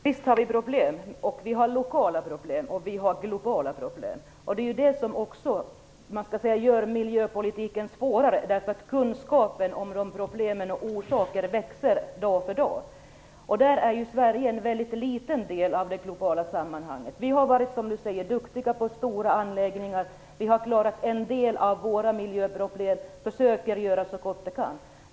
Fru talman! Visst har vi problem - vi har lokala problem, och vi har globala problem. Det som gör miljöpolitiken svår är att kunskapen om problemen och deras orsaker växer dag för dag. Sverige är en väldigt liten del av det globala sammanhanget. Vi har, som du säger, varit duktiga på stora anläggningar, vi har klarat en del av våra miljöproblem och försöker göra det så gott vi kan.